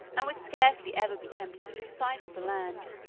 and would scarcely ever be tempted to lose sight of the land.